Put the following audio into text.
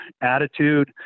attitude